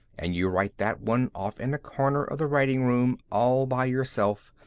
and you write that one off in a corner of the writing-room all by yourself,